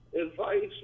Advice